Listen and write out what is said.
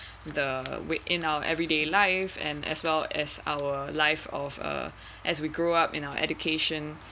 the way in our everyday life and as well as our life of a as we grow up in our education